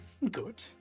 good